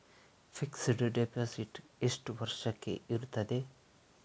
Fixed deposit ಎಷ್ಟು ವರ್ಷಕ್ಕೆ ಇರುತ್ತದೆ?